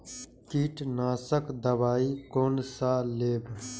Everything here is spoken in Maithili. कीट नाशक दवाई कोन सा लेब?